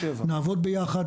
נעבוד ביחד